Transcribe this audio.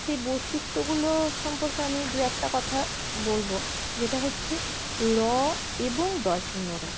সেই বৈশিষ্ট্যগুলো সম্পর্কে আমি দু একটা কথা বলবো যেটা হচ্ছে ল এবং ড়